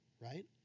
right